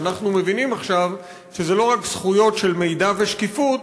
אנחנו מבינים עכשיו שאלה לא רק זכויות של מידע ושקיפות,